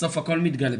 בסוף הכל מתגלה.